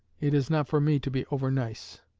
it is not for me to be over-nice.